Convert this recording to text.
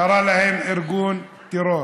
קרא להם "ארגון טרור".